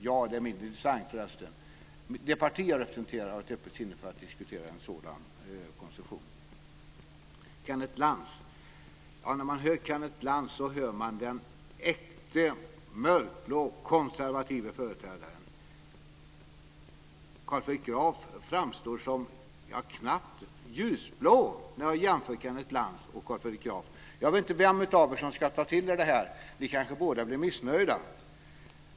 Jag är tveksam, men det parti som jag representerar har ett öppet sinne för att diskutera en sådan konstruktion. Kenneth Lantz låter som en äkta, mörkblå, konservativ företrädare. Carl Fredrik Graf framstår som knappt ljusblå vid en jämförelse. Jag vet inte vem av er som ska ta till sig detta. Båda blir kanske missnöjda.